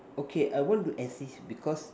okay I want to exist because